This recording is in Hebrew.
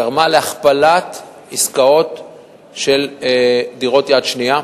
גרמה להכפלת עסקאות של דירות יד שנייה,